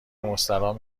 مستراح